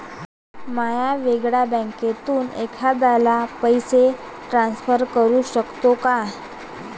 म्या वेगळ्या बँकेतून एखाद्याला पैसे ट्रान्सफर करू शकतो का?